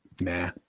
Nah